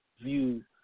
view